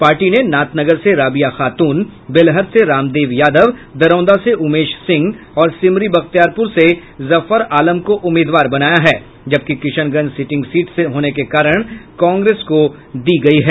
party ने नाथनगर से राबिया खातून बेलहर से रामदेव यादव दरौंदा से उमेश सिंह और सिमरी बख्तियारपुर से जफर आलम को उम्मीदवार बनाया है जबकि किशनगंज सिटिंग सीट होने के कारण कांग्रेस को दी गयी है